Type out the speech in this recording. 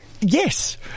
Yes